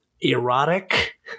erotic